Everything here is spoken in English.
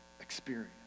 experience